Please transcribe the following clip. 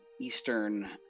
Eastern